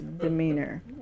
demeanor